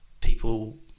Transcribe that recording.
People